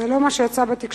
זה לא מה שיצא בתקשורת.